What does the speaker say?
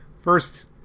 First